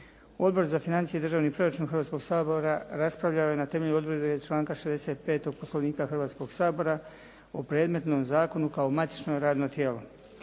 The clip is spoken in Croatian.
Odbor za financije i državni proračun Hrvatskoga sabora raspravljao je na temelju odredbe članka 65. Poslovnika Hrvatskoga sabora o predmetnom zakonu kao matično radno tijelo.